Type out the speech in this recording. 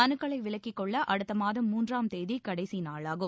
மனுக்களை விலக்கிக் கொள்ள அடுத்த மாதம் மூன்றாம் தேதி கடைசி நாளாகும்